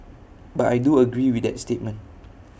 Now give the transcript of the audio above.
but I do agree with that statement